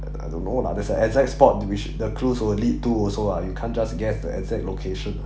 I don't know lah there's a exact spot which the clues will lead to also lah you can't just guess the exact location